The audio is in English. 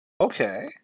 Okay